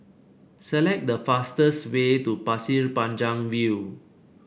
select the fastest way to Pasir Panjang View